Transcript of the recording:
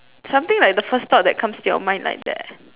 something like the first thought that comes to your mind like that